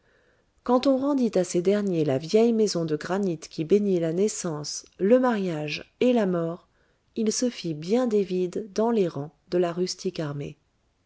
quand on rendit à ces derniers la vieille maison de granit qui bénit la naissance le mariage et la mort il se fit bien des vides dans les rangs de la rustique armée